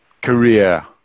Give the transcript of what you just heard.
career